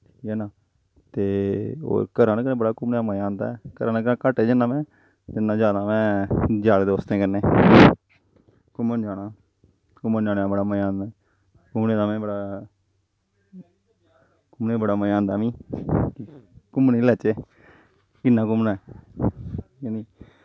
ठीक ऐ ना ते होर घरै आह्लें कन्नै घूमने दा बड़ा मज़ा आंदा ऐ घरै आह्लें कन्नै घट्ट जन्ना में जन्ना जादा में यारें दोस्तें कन्नै घूमन जाना घूमन जाने दा बड़ा मज़ा आंदा ऐ घूमने दा में बड़ा घूमने दा बड़ा मज़ा आंदा मीं घूमने बी जाच्चै किन्ना घूमना ऐ